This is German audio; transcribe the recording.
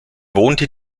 wohnte